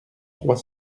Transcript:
trois